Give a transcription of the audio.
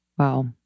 Wow